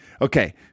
Okay